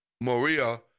Maria